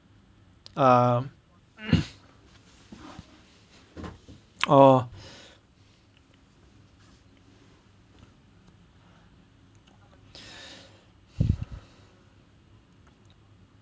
ah oh